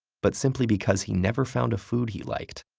but simply because he never found a food he liked.